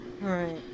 Right